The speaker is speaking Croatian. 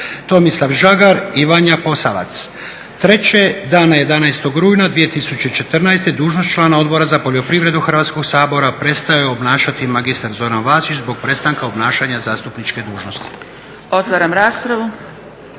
Tomislav Žagar i Vanja Posavac. 3. dana 11. rujna 2014. dužnost člana Odbora za poljoprivredu Hrvatskog sabora prestao je obnašati mr. Zoran Vasić zbog prestanka obnašanja zastupničke dužnosti. **Zgrebec, Dragica